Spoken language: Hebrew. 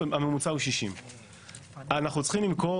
הממוצע הוא 60%. אנחנו צריכים למכור